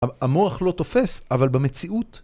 המוח לא תופס, אבל במציאות...